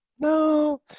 no